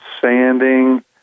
sanding